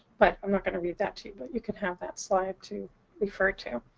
but i'm not going to read that to you, but you can have that slide to refer to.